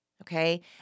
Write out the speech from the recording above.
okay